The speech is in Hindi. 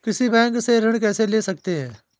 किसी बैंक से ऋण कैसे ले सकते हैं?